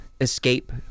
escape